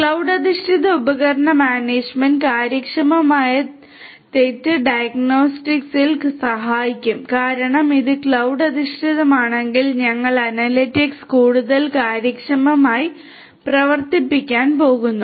cloud അധിഷ്ഠിത ഉപകരണ management കാര്യക്ഷമമായ തെറ്റ് ഡയഗ്നോസ്റ്റിക്സിൽ സഹായിക്കും കാരണം ഇത് ക്ലൌഡ് അധിഷ്ഠിതമാണെങ്കിൽ ഞങ്ങൾ അനലിറ്റിക്സ് കൂടുതൽ കാര്യക്ഷമമായി പ്രവർത്തിപ്പിക്കാൻ പോകുന്നു